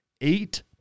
eight